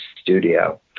studio